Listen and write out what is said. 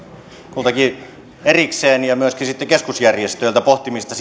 kultakin erikseen ja myöskin sitten keskusjärjestöiltä sen pohtimista